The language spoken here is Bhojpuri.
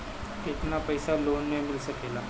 केतना पाइसा लोन में मिल सकेला?